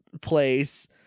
place